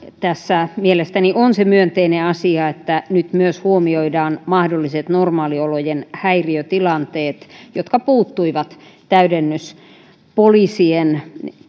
tässä mielestäni on se myönteinen asia että nyt myös huomioidaan mahdolliset normaaliolojen häiriötilanteet jotka puuttuivat täydennyspoliisien